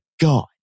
God